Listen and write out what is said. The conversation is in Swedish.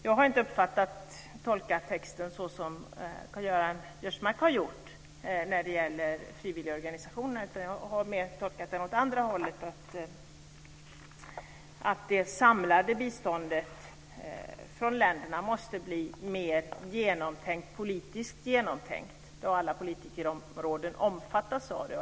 Jag har inte tolkat texten så som Karl-Göran Biörsmark har gjort när det gäller frivilligorganisationer. Jag har tolkat den mer åt andra hållet, att det samlade biståndet från länderna måste bli mer politiskt genomtänkt, så att alla politikområden omfattas av det.